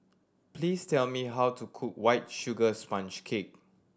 please tell me how to cook White Sugar Sponge Cake